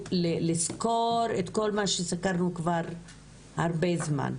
לסקור את כל מה שסקרנו כבר הרבה זמן,